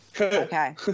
okay